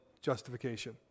justification